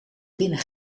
binnen